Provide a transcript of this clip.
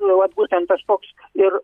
nu vat būtent tas toks ir